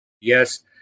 Yes